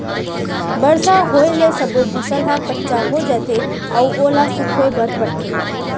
बरसा होए ले सब्बो फसल ह कच्चा हो जाथे अउ ओला सुखोए बर परथे